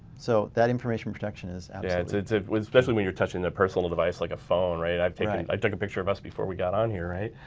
so that information protection is and and sort of absolutely. especially when you're touching their personal device like a phone right. i've taken it i took a picture of us before we got on here right.